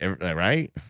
right